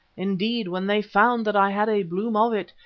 indeed, when they found that i had a bloom of it,